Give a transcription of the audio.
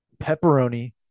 Pepperoni